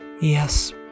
Yes